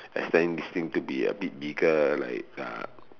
expand this thing to be a bit bigger like uh